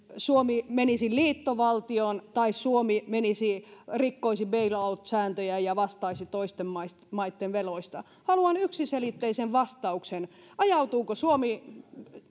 suomi menisi liittovaltioon tai suomi rikkoisi bail out sääntöjä ja vastaisi toisten maitten veloista haluan yksiselitteisen vastauksen ajautuuko suomi